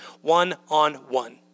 one-on-one